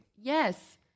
Yes